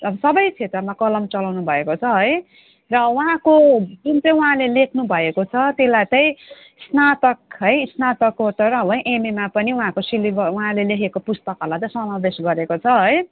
अब सबै क्षेत्रमा कलम चलाउनु भएको छ है र उहाँको जुन चाहिँ उहाँले लेख्नु भएको छ त्यसलाई चाहिँ स्नातक है स्नातकोतरहरूको एमएमा पनि उहाँको सिलेबस उहाँले लेखेको पुस्तकहरूलाई चाहिँ समावेश गरेको छ है